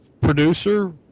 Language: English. producer